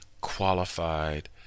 qualified